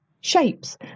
shapes